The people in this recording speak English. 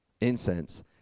incense